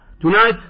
Tonight